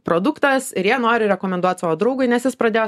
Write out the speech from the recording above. produktas ir jie nori rekomenduot savo draugui nes jis pradėjo